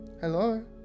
Hello